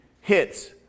hits